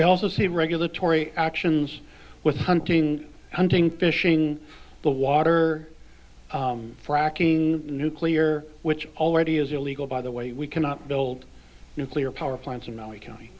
we also see regulatory actions with hunting hunting fishing the water fracking nuclear which already is illegal by the way we cannot build nuclear power plants in l a county